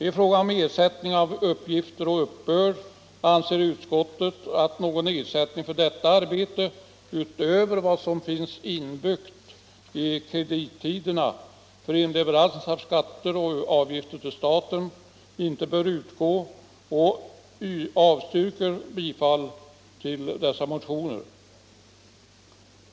I fråga om ersättning för uppgifter och uppbörd anser utskottet att någon ersättning för detta arbete — utöver vad som finns inbyggt i kredittiderna för inleverans av skatter och avgifter till staten — inte bör utgå och avstyrker bifall till dessa motioner.